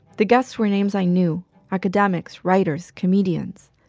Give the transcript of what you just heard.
the guests were names i knew academics, writers, comedians.